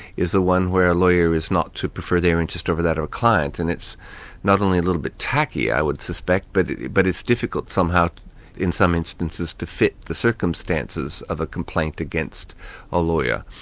is the one where a lawyer is not to prefer their interest over that of a client, and it's not only a little bit tacky, i would suspect, but but it's difficult somehow in some instances to fit the circumstances of a complaint against a lawyer.